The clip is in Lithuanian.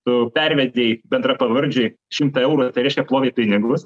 tu pervedei bendrapavardžiui šimtą eurų tai reiškia plovei pinigus